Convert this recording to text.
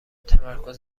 تمرکز